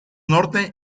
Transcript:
norte